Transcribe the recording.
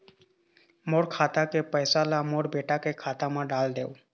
मोर खाता के पैसा ला मोर बेटा के खाता मा डाल देव?